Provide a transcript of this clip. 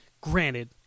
Granted